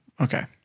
Okay